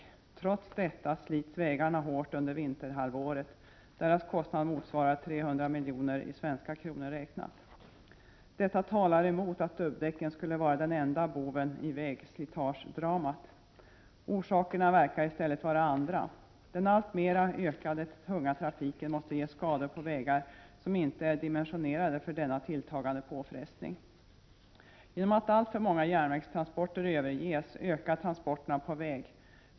Trots 18 november 1988 detta slits vägarna hårt under vinterhalvåret. Kostnaden motsvarar 300 miljoner i svenska kronor räknat. Detta talar emot att dubbdäcken skulle vara den enda boven i vägslitagedramat. Orsakerna verkar i stället vara andra. Den ökande tunga trafiken måste ge skador på vägar som inte är dimensionerade för denna tilltagande påfrestning. Alltför många transporter överförs från järnväg till landsväg.